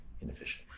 inefficient